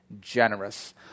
generous